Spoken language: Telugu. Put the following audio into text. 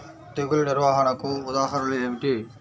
తెగులు నిర్వహణకు ఉదాహరణలు ఏమిటి?